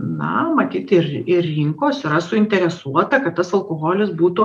na matyt ir ir rinkos yra suinteresuota kad tas alkoholis būtų